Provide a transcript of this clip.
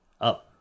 up